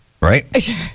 right